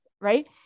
right